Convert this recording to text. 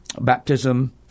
baptism